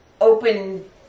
open